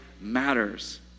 matters